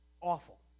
Awful